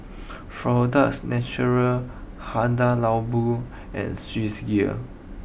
Florida's Natural Hada Labo and Swissgear